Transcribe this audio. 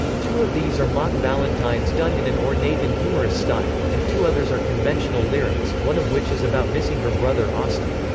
two of these are mock valentines done in an ornate and humorous style, and two others are conventional lyrics, one of which is about missing her brother austin.